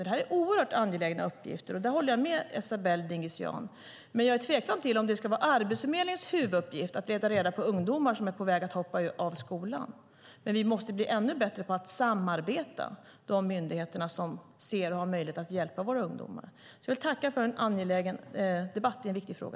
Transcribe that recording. Detta är oerhört angelägna uppgifter, och där håller jag med Esabelle Dingizian. Men jag är tveksam till om det ska vara Arbetsförmedlingens huvuduppgift att leta reda på ungdomar som är på väg att hoppa av skolan. Vi måste bli ännu bättre på att samarbeta mellan de myndigheter som ser och har möjlighet att hjälpa våra ungdomar Jag vill tacka för en angelägen debatt i en viktig fråga.